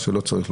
מה שלא צריך,